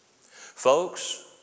Folks